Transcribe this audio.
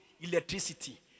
electricity